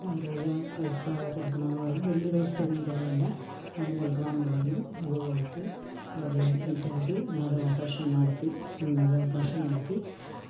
അവിടെ ഒരാൾ പൈസ കൊടുക്കണമെന്ന് പറഞ്ഞു വലിയ പൈസയൊന്നും ചിലവില്ല എന്നാലും കൊടുക്കണമെന്ന് പറഞ്ഞു അത് കൊടുത്തു അവരെ അഡ്മിറ്റ് ആക്കി ഇന്നലെ ഓപ്പറേഷൻ നടത്തി ഇന്നത് ഓപ്പറേഷൻ നടത്തി